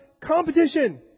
competition